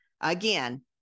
Again